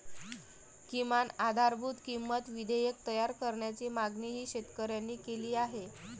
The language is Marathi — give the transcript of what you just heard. किमान आधारभूत किंमत विधेयक तयार करण्याची मागणीही शेतकऱ्यांनी केली आहे